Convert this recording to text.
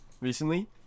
recently